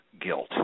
guilt